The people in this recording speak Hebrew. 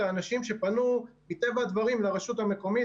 האנשים שפנו מטבע הדברים לרשות המקומית,